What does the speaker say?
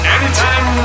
Anytime